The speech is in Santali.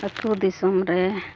ᱟᱹᱛᱩ ᱫᱤᱥᱚᱢ ᱨᱮ